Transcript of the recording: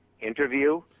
interview